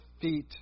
feet